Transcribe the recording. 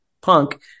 Punk